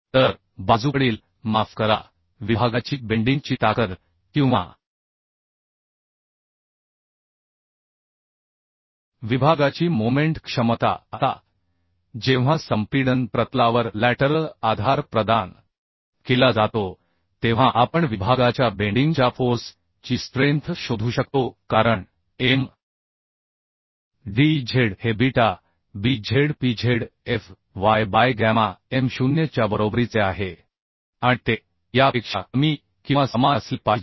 तर बाजूकडील माफ करा विभागाची बेंडिंग ची ताकद किंवा विभागाची मोमेंट क्षमता आता जेव्हा संपीडन प्रतलावर लॅटरल आधार प्रदान केला जातो तेव्हा आपण विभागाच्या बेंडिंग च्या फोर्स ची स्ट्रेंथ शोधू शकतो कारण m d z हे beta b z p z f y by gamma m 0 च्या बरोबरीचे आहे आणि ते यापेक्षा कमी किंवा समान असले पाहिजे